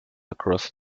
across